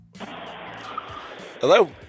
Hello